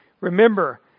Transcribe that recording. Remember